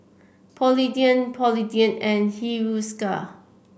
Polident Polident and Hiruscar